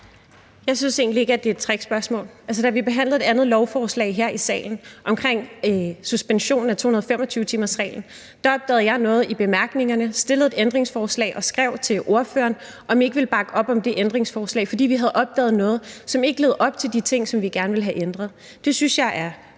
Jeg synes egentlig ikke, at det er et trickspørgsmål. Altså, da vi behandlede et andet lovforslag her i salen, nemlig om suspensionen af 225-timersreglen, opdagede jeg noget i bemærkningerne, stillede et ændringsforslag og skrev til ordførerne og spurgte, om de ikke ville bakke op om det ændringsforslag, fordi vi havde opdaget noget, som ikke levede op til de ting, som vi gerne ville have ændret. Det synes jeg er